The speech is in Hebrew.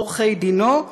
או עורכי-דינו,